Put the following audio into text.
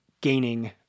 gaining